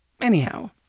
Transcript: Anyhow